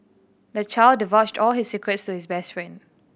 the child divulged all his secrets to his best friend